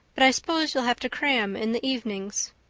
but i suppose you'll have to cram in the evenings.